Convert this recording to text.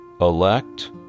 Elect